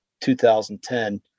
2010